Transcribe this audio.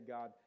God